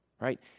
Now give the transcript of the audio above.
right